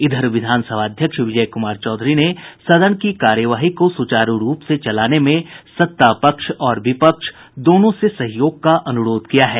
इधर विधानसभा अध्यक्ष विजय कुमार चौधरी ने सदन की कार्यवाही को सुचारू रूप से चलाने में सत्तापक्ष और विपक्ष दोनों से सहयोग का अनुरोध किया है